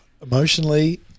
emotionally